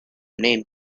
name